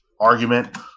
argument